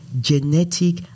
genetic